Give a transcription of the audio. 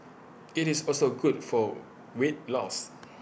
IT is also good for weight loss